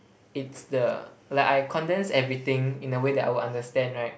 it's the like I condense everything in a way that I would understand right